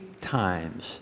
times